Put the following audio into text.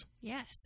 Yes